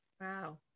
Wow